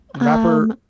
Rapper